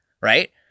right